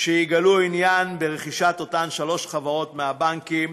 שיגלו עניין ברכישת אותן שלוש חברות מהבנקים,